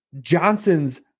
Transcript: Johnson's